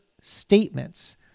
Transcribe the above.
statements